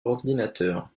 ordinateur